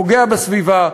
פוגע בסביבה,